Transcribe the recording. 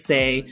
Say